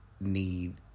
need